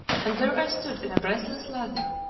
and there i stood in a breathless lather,